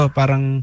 parang